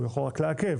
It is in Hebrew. הוא יכול רק לעכב.